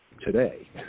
today